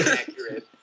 accurate